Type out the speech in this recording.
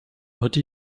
heute